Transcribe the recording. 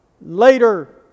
later